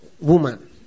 woman